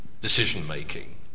decision-making